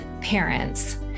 parents